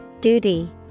Duty